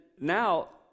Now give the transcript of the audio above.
now